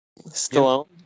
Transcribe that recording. Stallone